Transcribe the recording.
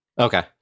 Okay